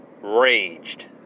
Raged